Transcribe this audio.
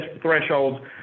thresholds